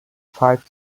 five